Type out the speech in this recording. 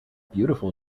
beautiful